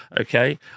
okay